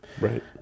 Right